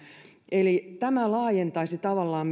eli tämä tavallaan